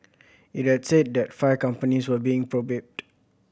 it had said that five companies were being probed